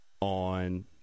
on